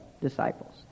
disciples